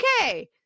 okay